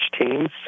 Teams